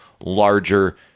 larger